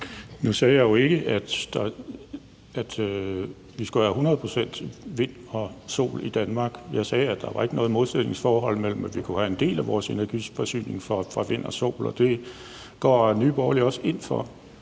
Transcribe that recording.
Nu sagde jeg jo ikke, at vi skulle have 100 pct. vind og sol i Danmark. Jeg sagde, at der ikke var noget modsætningsforhold i, at vi kunne have en del af vores energiforsyning fra vind og sol, og det går Nye Borgerlige også ind for.